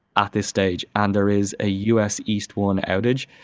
at this stage, and there is a us east one outage,